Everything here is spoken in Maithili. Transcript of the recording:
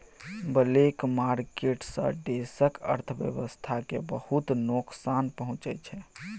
ब्लैक मार्केट सँ देशक अर्थव्यवस्था केँ बहुत नोकसान पहुँचै छै